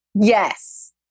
Yes